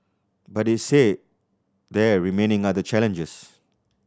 but he said there remain other challenges